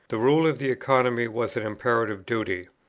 the rule of the economy was an imperative duty.